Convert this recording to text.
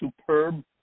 superb